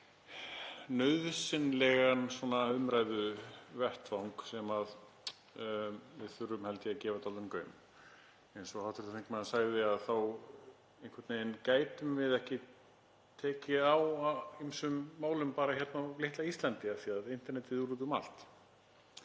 nauðsynlegan umræðuvettvang sem við þurfum held ég að gefa dálítinn gaum. Eins og hv. þingmaður sagði þá einhvern veginn getum við ekki tekið á ýmsum málum bara hér á litla Íslandi af því að internetið er úti um allt.